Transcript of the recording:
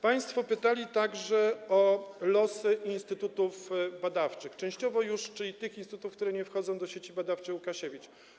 Państwo pytali także o losy instytutów badawczych, czyli tych instytutów, które nie wchodzą do Sieci Badawczej: Łukasiewicz.